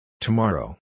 Tomorrow